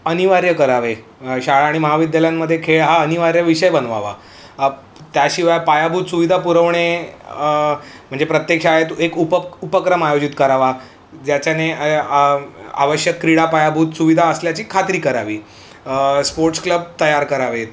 अनिवार्य करावे शाळा आणि महाविद्यालयांमध्ये खेळ हा अनिवार्य विषय बनवावा त्याशिवाय पायाभूत सुविधा पुरवणे म्हणजे प्रत्येक शाळेतू एक उपक उपक्रम आयोजित करावा ज्याने आवश्यक क्रीडा पायाभूत सुविधा असल्याची खात्री करावी स्पोर्ट्स क्लब तयार करावेत